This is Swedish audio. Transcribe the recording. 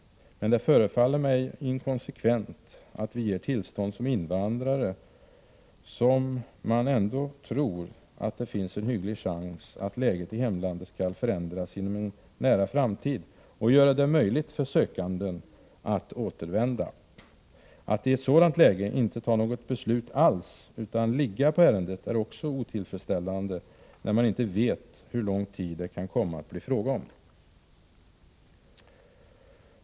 Men det förefaller mig inkonsekvent att ge tillstånd som invandrare om man tror att det finns en hygglig chans att läget i hemlandet skall förändras inom en nära framtid och göra det möjligt för sökanden att återvända. Att i ett sådant läge inte ta något beslut alls, utan ”ligga” på ärendet, är också otillfredsställande, när man inte vet hur lång tid det kan komma att bli fråga om.